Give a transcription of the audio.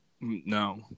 No